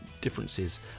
differences